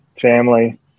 family